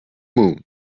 moon